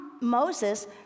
Moses